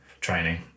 training